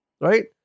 right